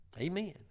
Amen